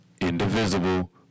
indivisible